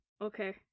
Okay